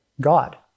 God